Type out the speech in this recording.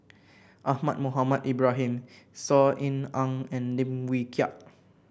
Ahmad Mohamed Ibrahim Saw Ean Ang and Lim Wee Kiak